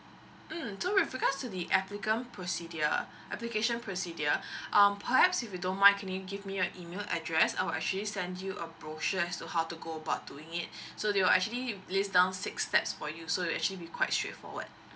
um with regards to the applicant procedure application procedure um perhaps if you don't mind can you give me your email address I will actually send you a brochure as to how to go about doing it so they will actually list down six steps for you so it'll actually be quite straightforward